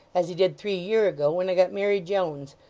as he did three year ago, when i got mary jones,